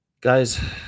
Guys